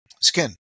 skin